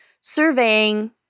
surveying